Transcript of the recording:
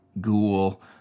ghoul